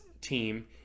team